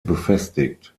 befestigt